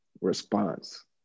response